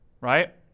right